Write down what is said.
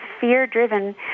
fear-driven